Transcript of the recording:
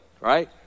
right